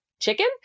chicken